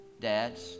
dads